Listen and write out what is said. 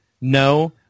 no